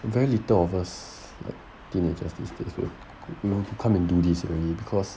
very little of us teenagers like these days will come and do this really because